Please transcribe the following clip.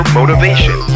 motivation